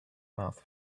mouth